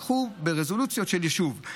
לקחו ברזולוציות של ישוב.